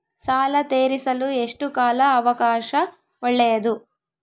ಸಾಲ ತೇರಿಸಲು ಎಷ್ಟು ಕಾಲ ಅವಕಾಶ ಒಳ್ಳೆಯದು?